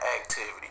activity